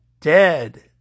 Dead